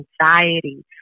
anxiety